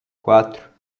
quatro